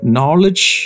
Knowledge